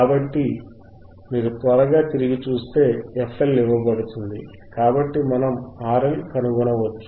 కాబట్టి మీరు త్వరగా తిరిగి చూస్తే fL ఇవ్వబడుతుంది కాబట్టి మనం RL కనుగొనవచ్చు